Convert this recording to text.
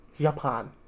Japan